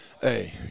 hey